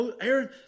Aaron